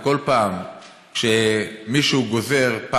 וכל פעם שמישהו גוזר,